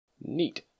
Neat